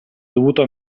dovuto